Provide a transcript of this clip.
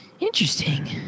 Interesting